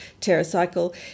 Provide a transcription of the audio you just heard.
TerraCycle